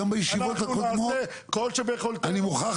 אנחנו נעשה כל שביכולתנו --- אני מוכרח